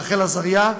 רחל עזריה,